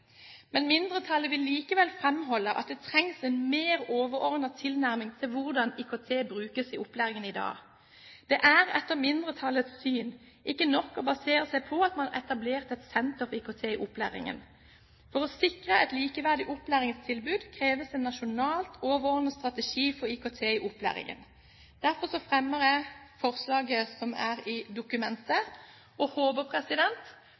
Mindretallet vil likevel framholde at det trengs en mer overordnet tilnærming til hvordan IKT brukes i opplæringen i dag. Det er etter mindretallets syn ikke nok å basere seg på at man har etablert et senter for IKT i opplæringen. For å sikre et likeverdig opplæringstilbud kreves en nasjonal overordnet strategi for IKT i opplæringen. Derfor fremmer jeg forslaget i dokumentet, og håper